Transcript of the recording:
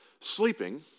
sleeping